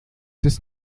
des